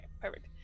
perfect